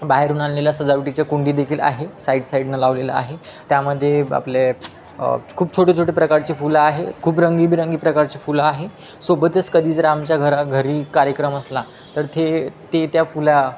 बाहेरून आणलेला सजावटीच्या कुंडी देखील आहे साईड साईडनं लावलेलं आहे त्यामध्ये आपले खूप छोटे छोटे प्रकारची फुलं आहे खूप रंगीबेरंगी प्रकारची फुलं आहे सोबतच कधी जर आमच्या घरा घरी कार्यक्रम असला तर ते ते त्या फुला